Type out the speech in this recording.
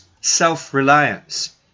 self-reliance